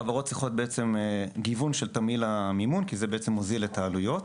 חברות צריכות גיוון של תמהיל המימון כי זה מוזיל את העלויות.